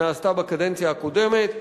שנעשתה בקדנציה הקודמת,